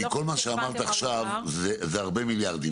כי כול מה שאמרת עכשיו זה הרבה מיליארדים,